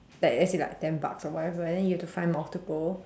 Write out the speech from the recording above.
like as in like ten bucks or whatever and then you have to find multiple